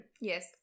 Yes